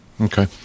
Okay